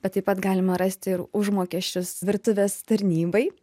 bet taip pat galima rasti ir užmokesčius virtuvės tarnybai